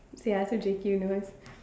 ya so J_Q knows